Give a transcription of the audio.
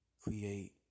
create